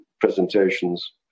presentations